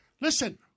listen